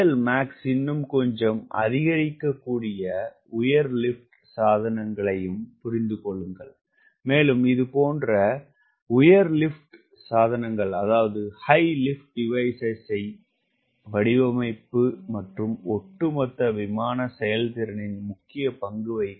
CLmax இன்னும் கொஞ்சம் அதிகரிக்கக்கூடிய உயர் லிப்ட் சாதனங்களையும் புரிந்து கொள்ளுங்கள் மேலும் இதுபோன்ற உயர் லிப்ட் சாதனங்கள் வடிவமைப்பு மற்றும் ஒட்டுமொத்த விமான செயல்திறனில் முக்கிய பங்கு வகிக்கும்